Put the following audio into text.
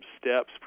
steps